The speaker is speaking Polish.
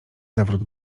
zawrót